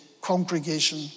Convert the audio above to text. congregation